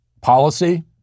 policy